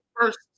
first